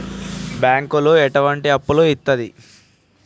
బ్యాంకులు ఎట్లాంటి అప్పులు ఇత్తది?